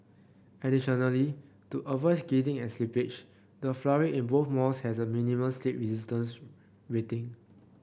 additionally to avoid skidding and slippage the flooring in both malls has a minimum slip resistance rating